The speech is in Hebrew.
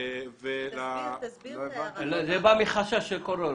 זה בא מחשש של כל הורה.